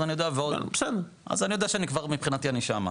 אז אני יודע שאני כבר מבחינתי אני שמה.